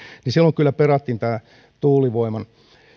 niin silloin kyllä perattiin tämän tuulivoiman